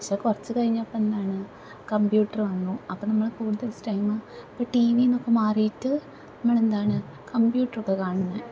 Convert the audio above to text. പക്ഷേ കുറച്ച് കഴിഞ്ഞപ്പോൾ എന്താണ് കമ്പ്യൂട്ട്റ് വന്നു അപ്പം നമ്മൾ കൂടുതൽ സ്റ്റൈമ് ഇപ്പം ടീ വീന്നൊക്കെ മാറീട്ട് നമ്മളെന്താണ് കമ്പ്യൂട്ട്റൊക്കെയാ കാണുന്നത്